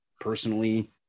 personally